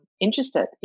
interested